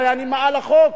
הרי אני מעל החוק.